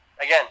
again